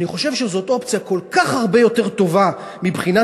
אני חושב שזאת אופציה כל כך הרבה יותר טובה מבחינת